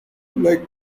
like